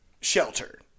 shelter